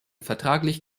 vertraglich